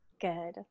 Good